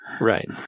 Right